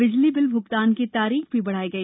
बिजली बिल भुगतान की तारीख भी बढ़ाई गई